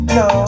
no